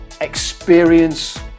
experience